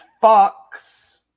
Fox